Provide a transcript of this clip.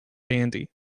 bandy